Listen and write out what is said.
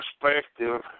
perspective